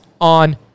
on